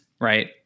right